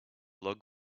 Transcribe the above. log